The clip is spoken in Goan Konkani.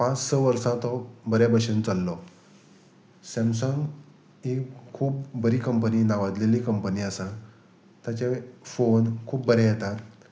पांच स वर्सां तो बरे भशेन चल्लो सॅमसंग ही खूब बरी कंपनी नांवदलेली कंपनी आसा ताचे फोन खूब बरे येतात